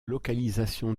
localisation